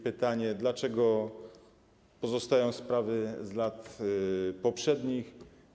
Pytania: Dlaczego pozostają sprawy z lat poprzednich?